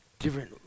Different